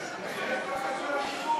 יש בקשות לדיבור.